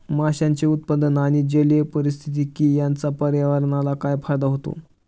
माशांचे उत्पादन आणि जलीय पारिस्थितिकी यांचा पर्यावरणाला फायदा होतो